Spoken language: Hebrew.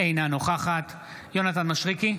אינה נוכחת יונתן מישרקי,